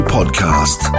Podcast